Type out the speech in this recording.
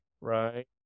right